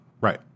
Right